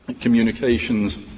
communications